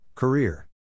Career